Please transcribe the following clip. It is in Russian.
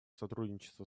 сотрудничества